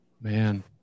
man